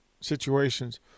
situations